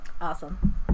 Awesome